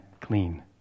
clean